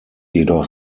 jedoch